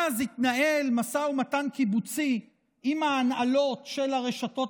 אז יתנהל משא ומתן קיבוצי עם ההנהלות של הרשתות